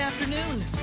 Afternoon